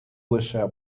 лише